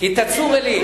כי תצור אל עיר.